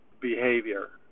behavior